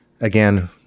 Again